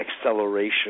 acceleration